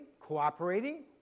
cooperating